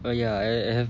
oh ya I I have